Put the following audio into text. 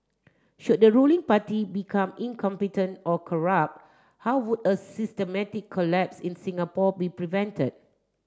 should the ruling party become incompetent or corrupt how would a systematic collapse in Singapore be prevented